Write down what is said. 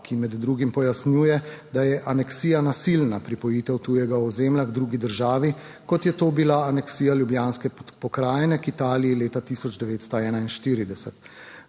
ki med drugim pojasnjuje, da je aneksija nasilna pripojitev tujega ozemlja k drugi državi, kot je to bila aneksija Ljubljanske pokrajine k Italiji leta 1941.